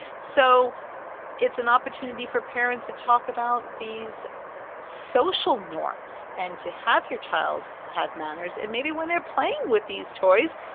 so it's an opportunity for parents to talk about these social norms and to have your child have manners. and maybe when they're playing with these toys,